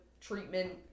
treatment